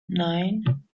nine